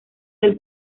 del